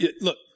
Look